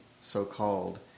so-called